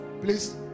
please